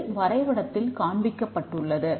இது வரைபடத்தில் காண்பிக்கப்பட்டுள்ளது